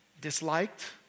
Disliked